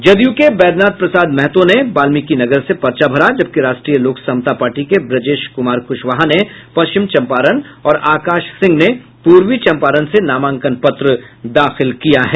जदयू के बैद्यनाथ प्रसाद महतो ने वाल्मिकीनगर से पर्चा भरा जबकि राष्ट्रीय लोकसमता पार्टी के ब्रजेश कुमार कुशवाहा ने पश्चिम चम्पारण और आकाश सिंह ने पूर्वी चम्पारण से नामांकन पत्र दाखिल किया है